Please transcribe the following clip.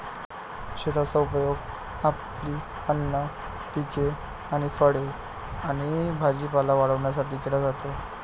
शेताचा उपयोग आपली अन्न पिके आणि फळे आणि भाजीपाला वाढवण्यासाठी केला जातो